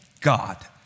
God